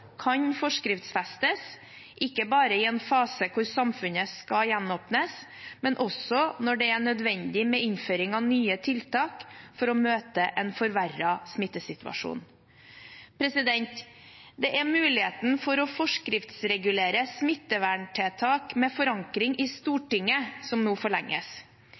kan forskriftsfestes, ikke bare i en fase hvor samfunnet skal gjenåpnes, men også når det er nødvendig med innføring av nye tiltak for å møte en forverret smittesituasjon. Det er muligheten for å forskriftsregulere smitteverntiltak med forankring i Stortinget som nå forlenges.